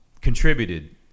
contributed